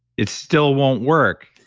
it still won't work.